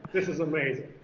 this is amazing.